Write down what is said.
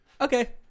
Okay